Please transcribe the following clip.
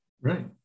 Right